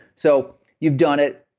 so you've done it,